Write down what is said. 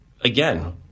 Again